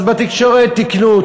אז בתקשורת תיקנו.